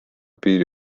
piiri